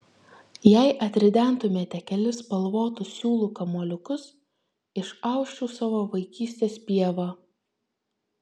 jei atridentumėte kelis spalvotų siūlų kamuoliukus išausčiau savo vaikystės pievą